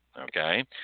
okay